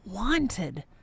wanted